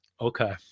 Okay